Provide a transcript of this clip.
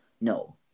no